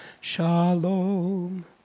Shalom